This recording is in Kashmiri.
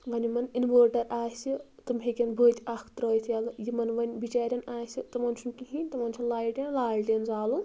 وۄنۍ یِمَن اِنوٲٹَر آسہِ تِم ہیٚکن بٔتۍ اَکھ ترٛٲوِتھ یَلہٕ یِمَن وۄنۍ بِچارٮ۪ن آسہِ تِمَن چھُنہٕ کِہیٖنۍ تِمَن چھُ لایٹ یا لالٹیٖن زالُن